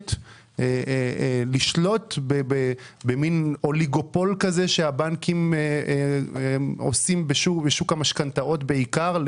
יכולת לשלוט במין אוליגופול כזה שהבנקים עושים בשוק המשכנתאות בעיקר,